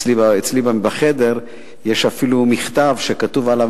אצלי בחדר יש אפילו מכתב שכתוב עליו,